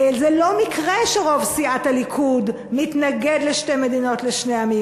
זה לא מקרה שרוב סיעת הליכוד מתנגד לשתי מדינות לשני עמים.